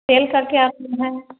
तेल का क्या है